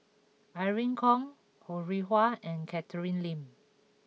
Irene Khong Ho Rih Hwa and Catherine Lim